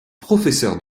professeur